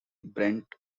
brent